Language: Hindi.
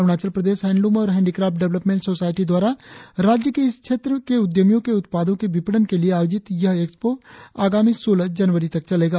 अरुणाचल प्रदेश हैंडलूम और हैंडिक्राफ्ट डवलपमेंट सोसायटी द्वारा राज्य के इस क्षेत्र के उद्यमियों के उत्पादों के विपणन के लिए आयोजित यह एक्सपो आगामी सोलह जनवरी तक चलेगा